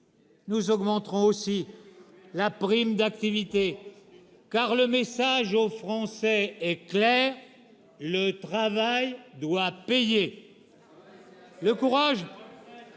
Nous augmenterons aussi la prime d'activité, car le message aux Français est clair : le travail doit payer. « Le courage,